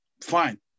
Fine